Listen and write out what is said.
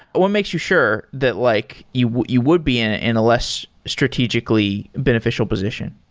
what makes you sure that like you you would be in ah in a less strategically beneficial position?